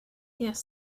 yes